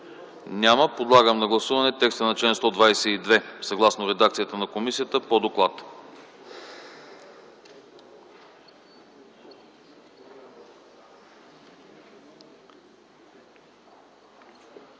Няма. Подлагам на гласуване текста на чл. 124, съгласно редакцията на комисията по доклада.